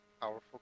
Powerful